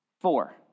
four